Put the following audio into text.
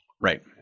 Right